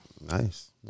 nice